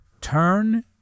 Turn